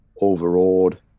overawed